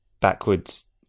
backwards